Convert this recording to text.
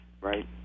Right